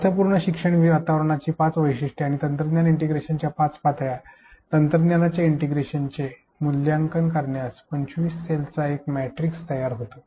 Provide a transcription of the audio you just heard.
अर्थपूर्ण शिक्षण वातावरणाची पाच वैशिष्ट्ये आणि तंत्रज्ञान इंटिग्रेशनच्या पाच पातळ्या तंत्रज्ञानाच्या इंटिग्रेशनचे मूल्यांकन करण्यासाठी 25 सेल्सचा हा एक मॅट्रिक्स तयार होतो